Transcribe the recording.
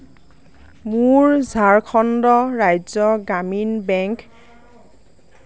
মোৰ ঝাৰখণ্ড ৰাজ্য গ্ৰামীণ বেংক